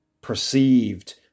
perceived